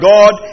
God